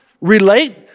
relate